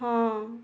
ହଁ